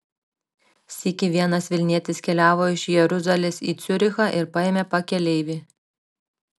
sykį vienas vilnietis keliavo iš jeruzalės į ciurichą ir paėmė pakeleivį